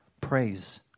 praise